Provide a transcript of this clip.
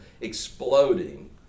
exploding